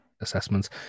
assessments